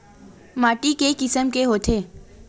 माटी के किसम के होथे?